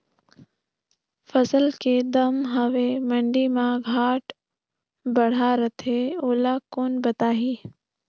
फसल के दम हवे मंडी मा घाट बढ़ा रथे ओला कोन बताही?